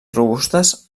robustes